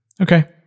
Okay